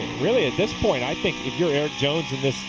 really at this point i think if you're erik jones and the